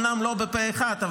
אומנם לא פה אחד,